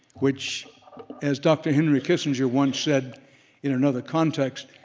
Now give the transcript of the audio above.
which as dr. henry kissinger once said in another context,